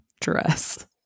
dress